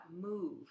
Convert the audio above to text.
move